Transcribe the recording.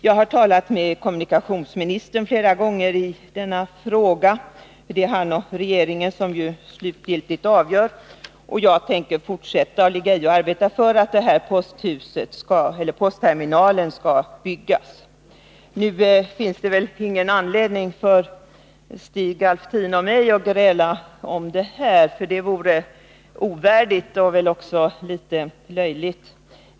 Jag har talat med kommunikationsministern flera gånger i denna fråga. Han och regeringen avgör slutgiltigt. Jag tänker fortsätta att arbeta för att postterminalen skall byggas. Nu finns det väl ingen anledning för Stig Alftin och mig att gräla om denna sak. Det vore ovärdigt och väl också litet löjligt.